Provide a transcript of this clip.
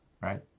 right